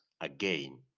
again